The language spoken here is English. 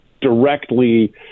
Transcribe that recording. directly